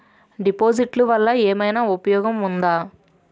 డిపాజిట్లు వల్ల ఏమైనా ఉపయోగం ఉందా?